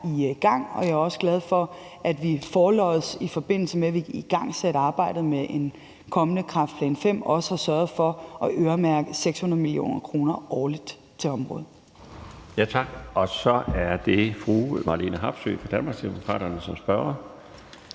Jeg er også glad for, at vi forlods, i forbindelse med at vi igangsatte arbejdet med en kommende kræftplan V, også har sørget for at øremærke 600 mio. kr. årligt til området. Kl. 16:15 Den fg. formand (Bjarne Laustsen): Tak. Så er det fru Marlene Harpsøe fra Danmarksdemokraterne som spørger.